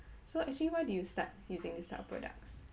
so actually why did you start using this type of products